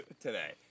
today